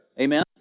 Amen